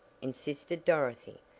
insisted dorothy,